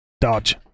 Dodge